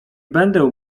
będę